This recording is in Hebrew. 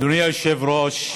אדוני היושב-ראש,